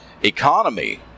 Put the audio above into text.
economy